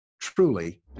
Truly